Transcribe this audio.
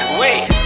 wait